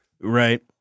Right